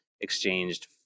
exchanged